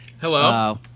Hello